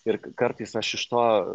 ir kartais aš iš to